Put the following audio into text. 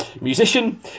musician